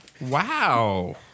Wow